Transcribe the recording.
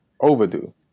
Overdue